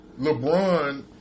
LeBron